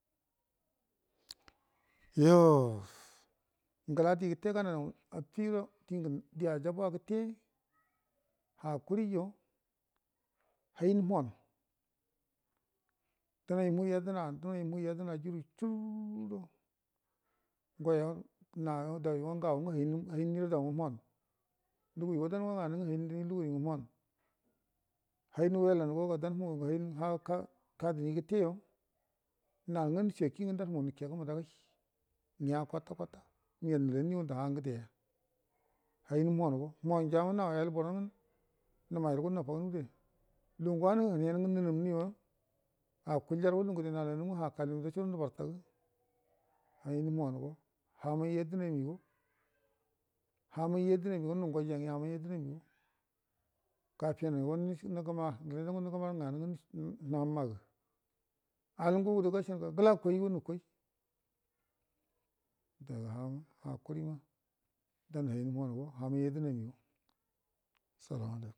Yoo ngəla digəte dijabuwa gəte hakuriyo hai muhuwan dənai muhu yedna dənai muhu yedna juru sur ngo yo nayo ngau ngə hain nirə daungə muhuwan lugu ugi dango muhuwan hain welangoga kadnigəteyo nalngə nəjakiyui ngə ngəya kota kota niyal nəlanni ngu ndə ha ngədeya hain muhu wango muhu wanja ma nau ayal boran nəmai rəgo nafagan gədoya wanəngə hənen ngə nənəmnəyo akuljarəgo lugu ngəde nal anəm ndoso gədo nəbartagə gain muhu wango hamai yedna migo nu ngo ya ngəya gafenə go nəga ma gəre nəgə mara nganu nga namagə alngu gədə gasanəga ngəla koigo nəkoi adaga hama hakuri ma dan hain muhu wango hamai yedna migo salamu alaikum